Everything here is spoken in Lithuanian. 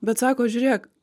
bet sako žiūrėk